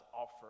offer